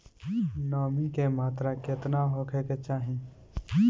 नमी के मात्रा केतना होखे के चाही?